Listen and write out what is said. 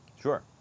Sure